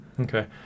Okay